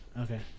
Okay